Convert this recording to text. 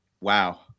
wow